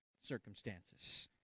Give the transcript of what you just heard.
circumstances